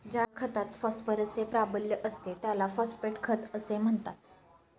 ज्या खतात फॉस्फरसचे प्राबल्य असते त्याला फॉस्फेट खत असे म्हणतात